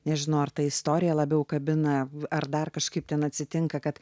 nežinau ar ta istorija labiau kabina ar dar kažkaip ten atsitinka kad